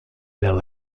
vers